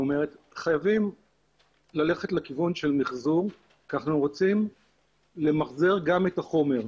חייבים ללכת לכיוון של מחזור כי אנחנו רוצים למחזר גם את החומר.